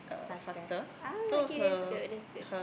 faster ah okay that's good that's good